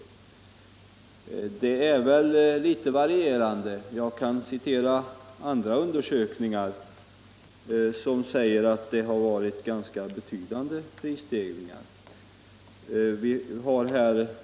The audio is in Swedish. Det varierar väl litet. Jag kan citera andra undersökningar, som visar att det har varit ganska betydande prisstegringar.